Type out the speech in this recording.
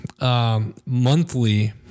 monthly